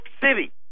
City